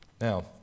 Now